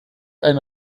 ein